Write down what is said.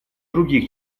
других